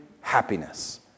happiness